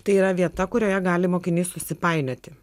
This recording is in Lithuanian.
tai yra vieta kurioje gali mokinys susipainioti